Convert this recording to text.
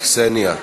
קסֵניה.